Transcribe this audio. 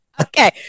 Okay